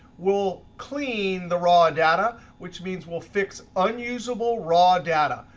we'll clean the raw data, which means we'll fix unusable raw data.